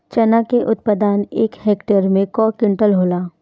चना क उत्पादन एक हेक्टेयर में कव क्विंटल होला?